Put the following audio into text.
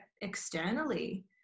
externally